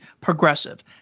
progressive